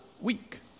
week